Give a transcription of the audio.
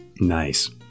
Nice